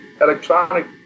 electronic